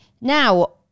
Now